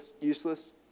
useless